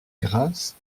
grace